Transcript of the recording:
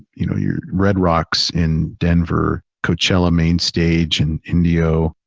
you know your red rocks in denver, coachella main stage in indio,